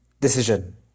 decision